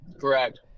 Correct